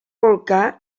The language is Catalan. volcà